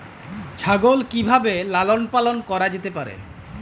ছাগল কি ভাবে লালন পালন করা যেতে পারে?